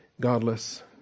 godless